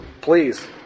Please